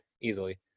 easily